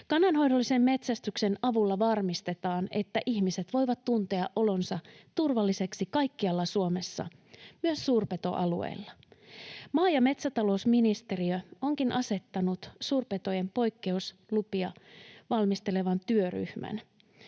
Kannanhoidollisen metsästyksen avulla varmistetaan, että ihmiset voivat tuntea olonsa turvalliseksi kaikkialla Suomessa, myös suurpetoalueilla. Maa- ja metsätalousministeriö onkin asettanut suurpetojen poikkeuslupia valmistelevan työryhmän.